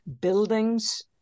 buildings